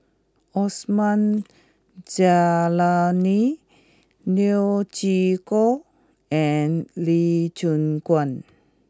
Osman Zailani Neo Chwee Kok and Lee Choon Guan